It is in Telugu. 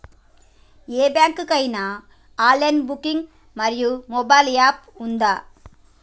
ఏ బ్యాంక్ కి ఐనా ఆన్ లైన్ బ్యాంకింగ్ మరియు మొబైల్ యాప్ ఉందా?